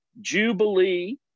Jubilee